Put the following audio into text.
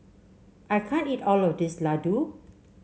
I can't eat all of this Ladoo